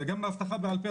גם להבטחה בעל פה,